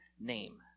name